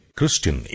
Christian